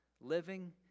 Living